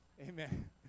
Amen